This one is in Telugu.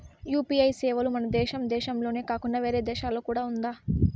యు.పి.ఐ సేవలు మన దేశం దేశంలోనే కాకుండా వేరే దేశాల్లో కూడా ఉందా?